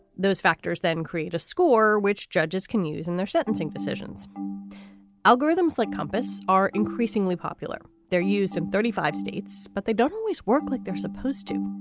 those factors then create a score which judges can use in their sentencing decisions algorithms like compass are increasingly popular. they're used in thirty five states, but they don't always work like they're supposed to.